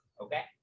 Okay